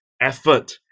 effort